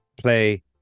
play